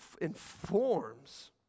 informs